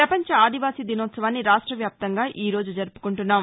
ప్రపంచ ఆదివాసీ దినోత్సవాన్ని రాష్ట్ర వ్యాప్తంగా ఈరోజు జరుపుకుంటున్నాం